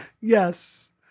Yes